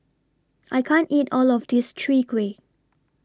I can't eat All of This Chwee Kueh